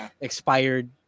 expired